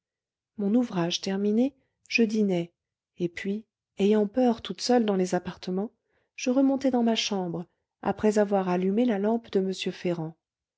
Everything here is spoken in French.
mon ouvrage terminé je dînai et puis ayant peur toute seule dans les appartements je remontai dans ma chambre après avoir allumé la lampe de m ferrand